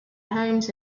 homes